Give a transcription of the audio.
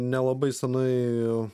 nelabai senai